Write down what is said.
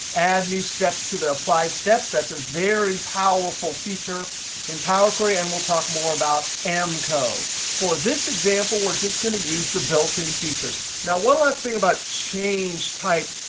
add new steps to the applied steps. that's a very powerful feature in power query. and we'll talk more about m code. for this example, we're just going to use the built in features. now one last thing about change type.